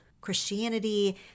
Christianity